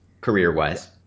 career-wise